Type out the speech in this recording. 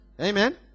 Amen